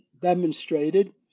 demonstrated